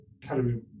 calorie